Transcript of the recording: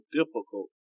difficult